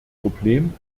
problem